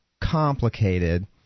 complicated –